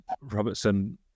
Robertson